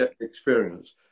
experience